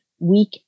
weak